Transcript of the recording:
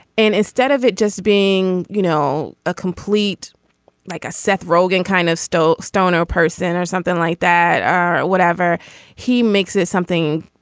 and instead of it just being you know a complete like a seth rogen kind of stole stoner person or something like that or whatever he makes it something